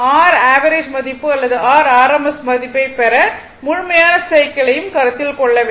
r average மதிப்பு அல்லது r RMS மதிப்பைப் பெற முழுமையான சைக்கிளையும் கருத்தில் கொள்ள வேண்டும்